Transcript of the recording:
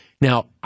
Now